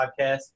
podcast